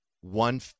one